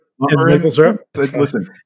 Listen